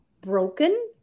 broken